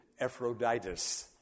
Ephroditus